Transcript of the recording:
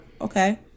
okay